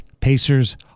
Pacers